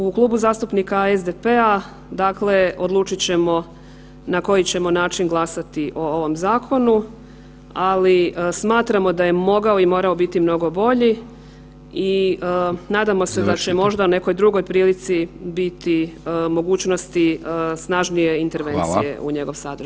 U Klubu zastupnika SDP-a dakle odlučit ćemo na koji ćemo način glasati o ovom zakonu, ali smatramo da je mogao i morao biti mnogo bolji i nadamo se da ćete možda [[Upadica: Završite.]] u nekoj drugoj prilici biti mogućnosti snažnije intervencije u njegov sadržaj.